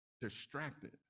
distracted